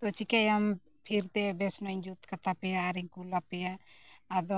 ᱛᱚ ᱪᱤᱠᱟ ᱭᱟᱢ ᱯᱷᱤᱨ ᱛᱮ ᱵᱮᱥ ᱧᱚᱜ ᱤᱧ ᱡᱩᱛ ᱠᱟᱛᱟ ᱯᱮᱭᱟ ᱟᱨᱤᱧ ᱠᱳᱞ ᱟᱯᱮᱭᱟ ᱟᱫᱚ